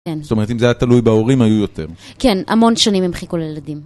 זאת אומרת, אם זה היה תלוי בהורים, היו יותר. כן, המון שנים הם חיכו לילדים.